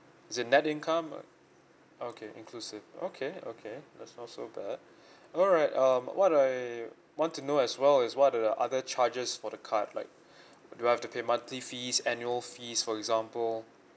is it net income or okay inclusive okay okay that's not so bad alright um what do I want to know as well is what are the other charges for the card like do I have to pay monthly fees annual fees for example